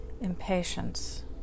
impatience